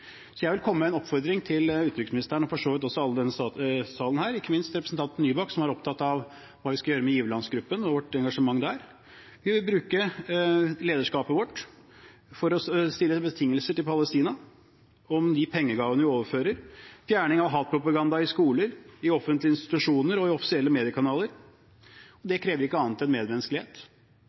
Så jeg vil komme med en oppfordring til utenriksministeren, for så vidt også til alle andre i salen – ikke minst representanten Nybakk, som er opptatt av hva vi skal gjøre med giverlandsgruppen og vårt engasjement der: Vi bør bruke lederskapet vårt til å sette betingelser til Palestina for de pengegavene vi overfører: fjerning av hatpropaganda i skoler, offentlige institusjoner og offisielle mediekanaler. Det krever ikke annet enn medmenneskelighet. Det koster ingenting, og